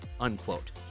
unquote